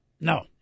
No